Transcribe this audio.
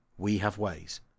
wehaveways